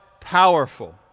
powerful